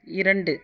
இரண்டு